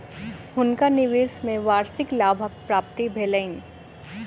हुनका निवेश में वार्षिक लाभक प्राप्ति भेलैन